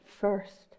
first